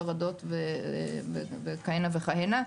חרדות וכהנה וכהנה.